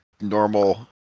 normal